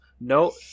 no